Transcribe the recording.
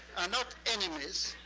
are not enemies,